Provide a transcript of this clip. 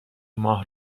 ماه